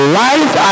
life